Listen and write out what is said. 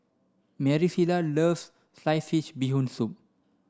Maricela loves sliced fish bee hoon soup